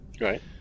Right